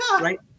Right